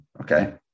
okay